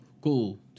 Cool